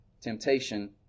temptation